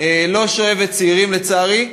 לא שואבת צעירים, לצערי.